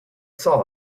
saw